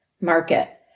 market